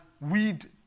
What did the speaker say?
weed